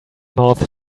mouth